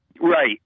Right